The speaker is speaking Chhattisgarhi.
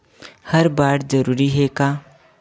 हर बार जरूरी हे का?